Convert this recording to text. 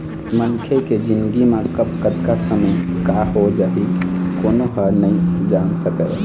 मनखे के जिनगी म कब, कतका समे का हो जाही कोनो ह नइ जान सकय